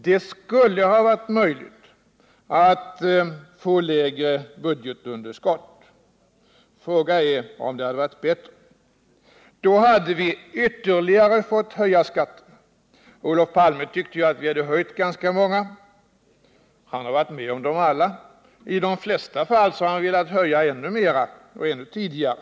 Det skulle ha varit möjligt att få ett lägre budgetunderskott. Frågan är om det hade varit bättre. Då hade vi fått höja skatterna ytterligare. Olof Palme tyckte att vi hade höjt ganska många skatter. Han har varit med om alla höjningar, och i de flesta fall har han velat höja ännu mera och ännu tidigare.